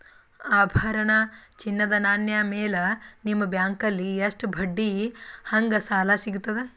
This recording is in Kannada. ಆಭರಣ, ಚಿನ್ನದ ನಾಣ್ಯ ಮೇಲ್ ನಿಮ್ಮ ಬ್ಯಾಂಕಲ್ಲಿ ಎಷ್ಟ ಬಡ್ಡಿ ಹಂಗ ಸಾಲ ಸಿಗತದ?